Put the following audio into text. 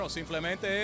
simplemente